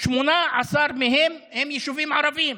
18 הם יישובים ערביים: